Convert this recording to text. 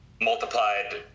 multiplied